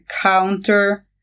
counter